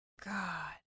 God